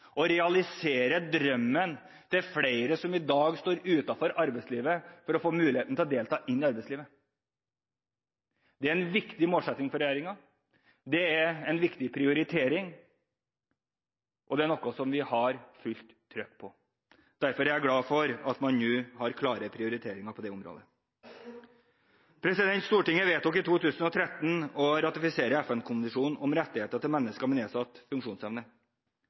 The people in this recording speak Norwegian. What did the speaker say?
å realisere drømmen til flere som i dag står utenfor arbeidslivet, om å få muligheten til å delta i arbeidslivet. Det er en viktig målsetting for regjeringen, det er en viktig prioritering, og det er noe vi har fullt trykk på. Derfor er jeg glad for at vi nå har klare prioriteringer på det området. Stortinget vedtok i 2013 å ratifisere FN-konvensjonen om rettighetene til mennesker med nedsatt funksjonsevne.